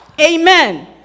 Amen